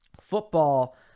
football